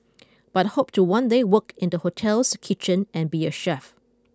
but hope to one day work in the hotel's kitchen and be a chef